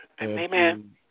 Amen